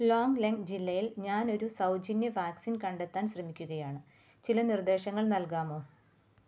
long ലെംങ് ജില്ലയിൽ ഞാൻ ഒരു സൗജന്യ വാക്സിൻ കണ്ടെത്താൻ ശ്രമിക്കുകയാണ് ചില നിർദ്ദേശങ്ങൾ നൽകാമോ